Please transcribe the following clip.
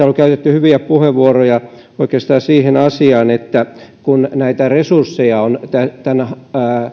on käytetty hyviä puheenvuoroja oikeastaan siitä asiasta että kun näitä resursseja on